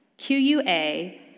Q-U-A